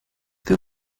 für